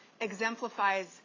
exemplifies